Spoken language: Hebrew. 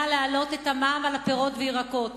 להעלות את המע"מ על הפירות והירקות.